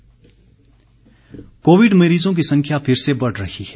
Covid संदेश Covid मरीजों की संख्या फिर से बढ़ रही है